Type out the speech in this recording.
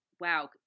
Wow